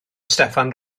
steffan